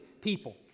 people